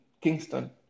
Kingston